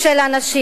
חלקן של הנשים.